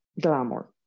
glamour